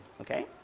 okay